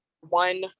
one